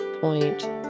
point